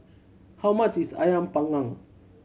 how much is Ayam Panggang